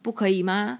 不可以吗